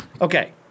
Okay